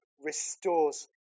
restores